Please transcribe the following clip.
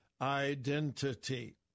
identity